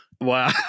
Wow